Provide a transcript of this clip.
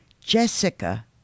Jessica